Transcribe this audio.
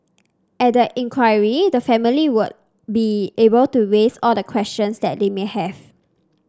at the inquiry the family would be able to raise all the questions that they may have